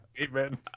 Amen